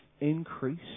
increase